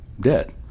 dead